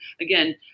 again